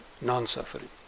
non-suffering